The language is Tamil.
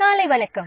காலை வணக்கம்